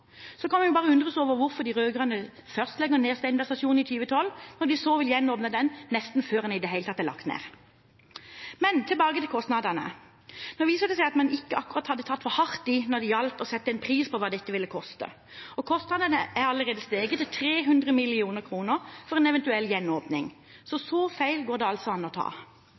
Så kan vi bare undres over hvorfor de rød-grønne først legger ned Steinberg stasjon i 2012, når de så vil gjenåpne den nesten før den i det hele tatt er lagt ned. Men tilbake til kostnadene: Nå viser det seg at man ikke akkurat hadde tatt for hardt i når det gjaldt å sette en pris på hva dette ville koste, og kostnadene er allerede steget til 300 mill. kr for en eventuell gjenåpning. Så så feil går det an å ta.